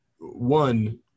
one